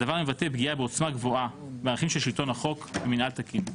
הדבר מבטא פגיעה בעוצמה גבוהה בערכים של שלטון החוק ובמינהל תקין.